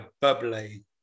bubbly